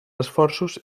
esforços